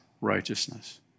righteousness